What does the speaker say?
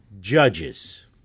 judges